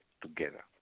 together